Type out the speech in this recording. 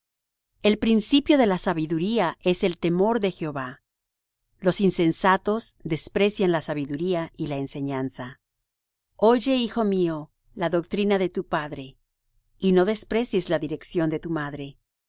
el principio de la sabiduría es el temor de jehová los insensatos desprecian la sabiduría y la enseñanza oye hijo mío la doctrina de tu padre y no desprecies la dirección de tu madre